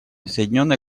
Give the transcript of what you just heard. соединенное